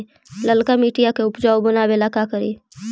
लालका मिट्टियां के उपजाऊ बनावे ला का करी?